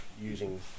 using